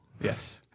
yes